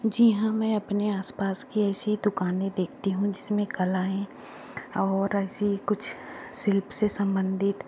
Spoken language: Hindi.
जी हाँ मैं अपने आसपास की ऐसी दुकानें देखती हूँ जिसमें कलाएँ और ऐसी कुछ शिल्प से सम्बंधित